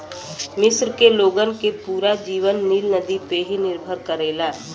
मिस्र के लोगन के पूरा जीवन नील नदी पे ही निर्भर करेला